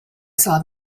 saw